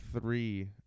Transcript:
three